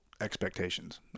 expectations